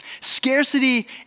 Scarcity